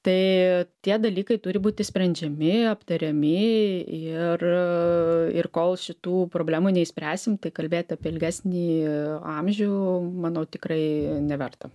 tai tie dalykai turi būti sprendžiami aptariami ir ir kol šitų problemų neišspręsim tai kalbėt apie ilgesnį amžių manau tikrai neverta